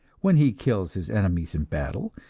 when he kills his enemies in battle,